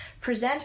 present